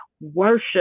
worship